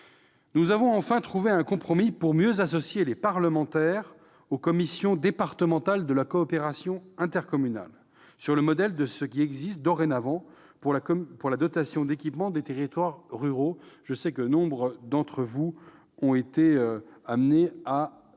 nous avons trouvé un compromis pour mieux associer les parlementaires aux commissions départementales de la coopération intercommunale, sur le modèle de ce qui existe dorénavant pour la dotation d'équipement des territoires ruraux. Nombre d'entre vous, mes